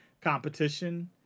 competition